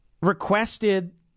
requested